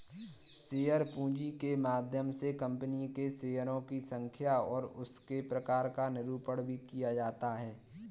share पूंजी के माध्यम से कंपनी के शेयरों की संख्या और उसके प्रकार का निरूपण भी किया जाता है